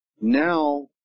Now